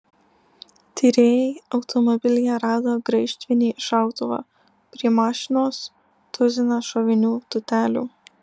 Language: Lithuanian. tyrėjai automobilyje rado graižtvinį šautuvą prie mašinos tuziną šovinių tūtelių